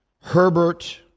Herbert